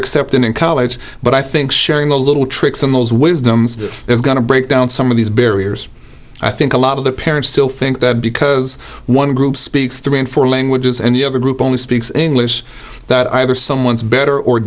accepted in college but i think sharing the little tricks on those wisdoms is going to break down some of these barriers i think a lot of the parents still think that because one group speaks three and four languages and the other group only speaks english that either someone's better or